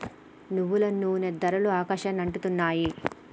నువ్వుల నూనె ధరలు ఆకాశానికి అంటుతున్నాయి